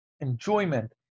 enjoyment